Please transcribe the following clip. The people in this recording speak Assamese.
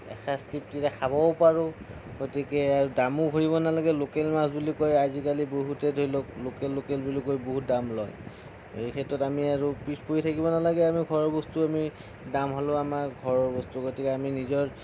এসাঁজ তৃপ্তিৰে খাবও পাৰোঁ গতিকে আৰু দামো ভৰিব নালাগে লোকেল মাছ বুলি কৈ আজিকালি বহুতে ধৰিলওক লোকেল লোকেল বুলি কৈ বহুত দাম লয় এই ক্ষেত্ৰত আমি আৰু পিছ পৰি থাকিব নালাগে আমি ঘৰৰ বস্তু আমি দাম হ'লেও আমাৰ ঘৰৰ বস্তু গতিকে আমি নিজৰ